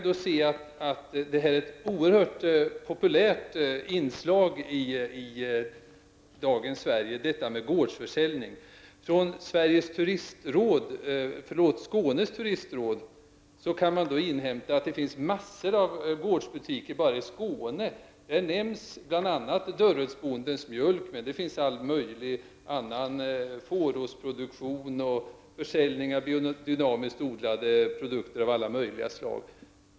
Gårdsförsäljning är ett oerhört populärt inslag i dagens Sverige. Från Skånes turistråd kan man inhämta att det finns en mängd gårdsbutiker bara i Skåne. Där nämns bl.a. Dörrödsbondens mjölk, men det finns allt möjligt annat också, t.ex. fårostproduktion och försäljning av biodynamiskt odlade produkter av alla möjliga slag.